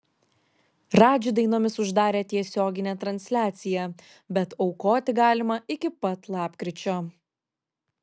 radži dainomis uždarė tiesioginę transliaciją bet aukoti galima iki pat lapkričio